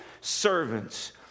servants